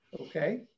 Okay